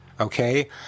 Okay